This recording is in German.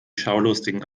schaulustigen